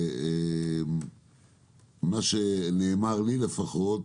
ממה שנאמר לי לפחות,